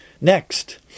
Next